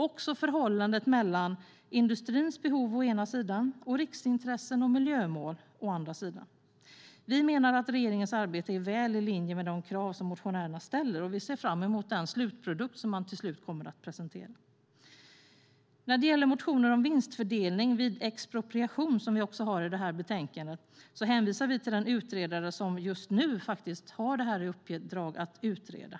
Även förhållandet mellan industrins behov å ena sidan och riksintressen och miljömål å andra sidan behöver belysas. Vi menar att regeringens arbete är väl i linje med de krav som motionärerna ställer, och vi ser fram emot den slutprodukt som så småningom kommer att presenteras. När det gäller motioner om vinstfördelning vid expropriation, som också behandlas i detta betänkande, hänvisar vi till den utredare som för närvarande utreder området.